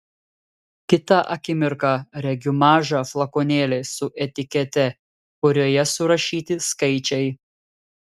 kitą akimirką regiu mažą flakonėlį su etikete kurioje surašyti skaičiai